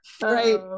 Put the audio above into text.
right